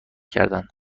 کردند